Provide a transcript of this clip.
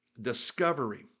discovery